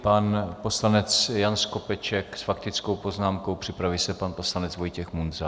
Pan poslanec Jan Skopeček s faktickou poznámkou, připraví se pan poslanec Vojtěch Munzar.